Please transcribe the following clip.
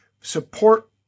Support